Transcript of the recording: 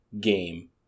game